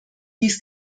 dies